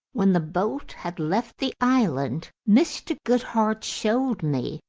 when the boat had left the island, mr. goodhart showed me,